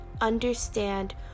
understand